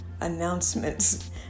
announcements